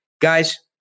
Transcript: Guys